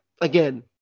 Again